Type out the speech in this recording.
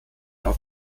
auf